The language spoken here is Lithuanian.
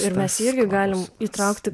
ir mes irgi galim įtraukti